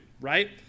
right